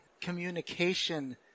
communication